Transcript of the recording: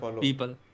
people